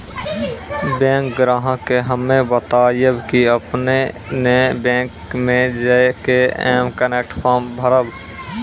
bank ग्राहक के हम्मे बतायब की आपने ने बैंक मे जय के एम कनेक्ट फॉर्म भरबऽ